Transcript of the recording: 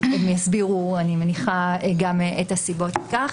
הם יסבירו, אני מניחה, את הסיבות לכך.